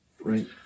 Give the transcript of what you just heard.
right